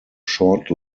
short